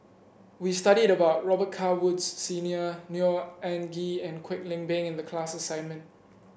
we studied about Robet Carr Woods Senior Neo Anngee and Kwek Leng Beng in the class assignment